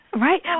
Right